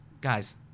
Guys